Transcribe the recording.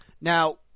Now